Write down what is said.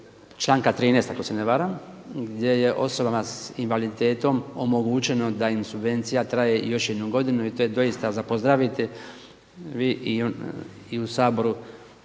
članka 13. ako se ne varam, gdje je osobama s invaliditetom omogućeno da im subvencija traje još jednu godinu i to je doista za pozdraviti. Vi i u Saboru